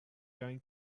going